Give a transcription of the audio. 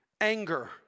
anger